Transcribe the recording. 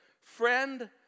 friend